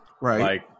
right